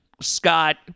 Scott